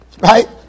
Right